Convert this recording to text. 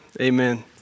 Amen